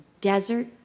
desert